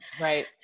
right